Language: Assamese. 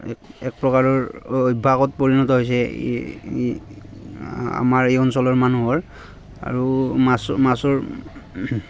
এক এক প্ৰাকাৰৰ অভ্যাসত পৰিণত হৈছে এই আমাৰ এই অঞ্চলৰ মানুহৰ আৰু মাছ মাছৰ